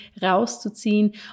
rauszuziehen